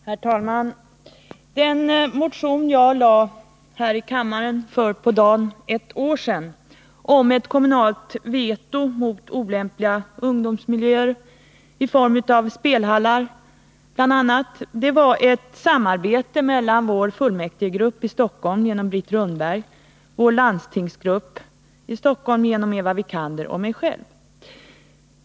Herr talman! Den motion jag väckte här i kammaren för på dagen ett år sedan om ett kommunalt veto mot olämpliga ungdomsmiljöer i form av bl.a. spelhallar byggde på ett samarbete mellan vår fullmäktigegrupp i Stockholm genom Brit Rundberg, vår landstingsgrupp i Stockholm genom Eva Wikander och mig själv.